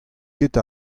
ket